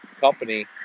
company